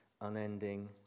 unending